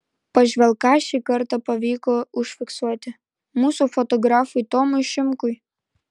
pažvelk ką šį kartą pavyko užfiksuoti mūsų fotografui tomui šimkui